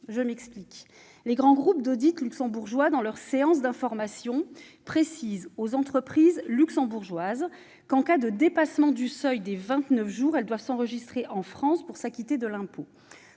consensus. Les grands groupes d'audit luxembourgeois, durant leurs séances d'information, précisent aux entreprises luxembourgeoises que, en cas de dépassement du seuil des vingt-neuf jours, elles doivent s'enregistrer en France pour s'acquitter de leur impôt.